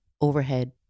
overhead